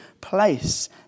place